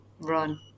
run